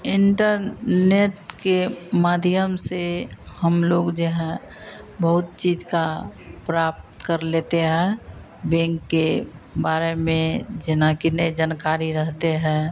internet के माध्यम से हमलोग जो है बहुत चीज़ को प्राप्त कर लेते हैं बैंक के बारे में जैसे कि नहीं जानकारी रहती है